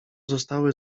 zostały